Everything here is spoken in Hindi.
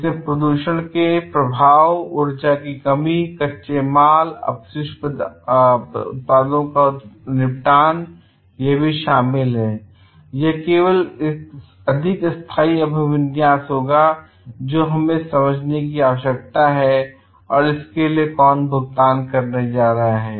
इसमें प्रदूषण के प्रभाव ऊर्जा की कमी और कच्चे माल अपशिष्ट उत्पादों का निपटान भी शामिल हैं और यह एक अधिक स्थायी अभिविन्यास होगा और हमें यह समझने की आवश्यकता है कि इसके लिए कौन भुगतान करने जा रहा है